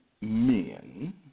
men